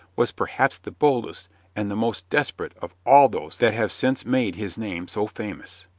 was perhaps the boldest and the most desperate of all those that have since made his name so famous.